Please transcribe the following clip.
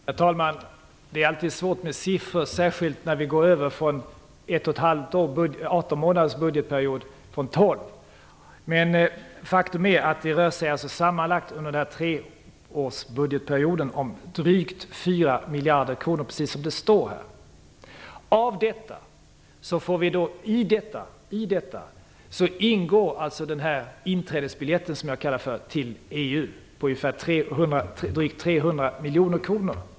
Herr talman! Det är alltid svårt med siffror, särskilt när vi går över från 12 till 18 månaders budgetperiod. Men faktum är att det rör sig sammanlagt under treårsbudgetperioden om drygt 4 miljarder kronor, precis som det står. I detta ingår inträdesbiljetten, som jag kallar det för, till EU på drygt 300 miljoner kronor.